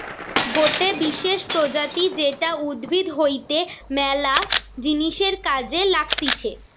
গটে বিশেষ প্রজাতি যেটা উদ্ভিদ হইতে ম্যালা জিনিসের কাজে লাগতিছে